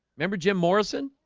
remember jim morrison,